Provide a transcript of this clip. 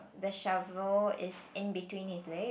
the shovel is in between his leg